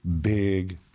big